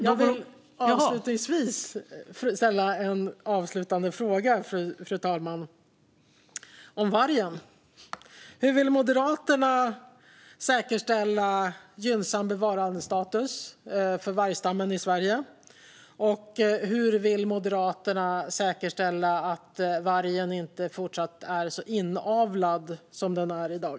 Jag vill ställa ett par avslutande frågor om vargen, fru talman. Hur vill Moderaterna säkerställa gynnsam bevarandestatus för vargstammen i Sverige? Och hur vill Moderaterna säkerställa att vargen inte fortsatt är så inavlad som den är i dag?